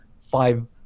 five